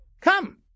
Come